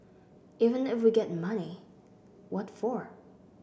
even if we get money what for